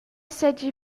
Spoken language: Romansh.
seigi